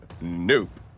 Nope